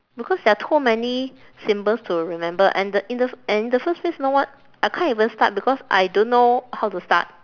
because there are too many symbols to remember and the in the and in the first place know what I can't even start because I don't know how to start